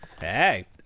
Hey